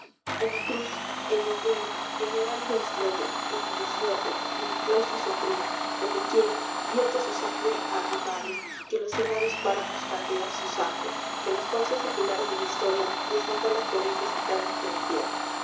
en la cruz en la hoguera en el árido islote en el desierto en el cláustro sombdo dor de quiera vierte su sangre á mares que los helados páramos caldea su sangre que en los cauces seculares de la historia desata las corrientes eternas de la idea